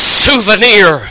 souvenir